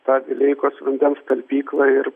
tą vileikos vandens talpyklą ir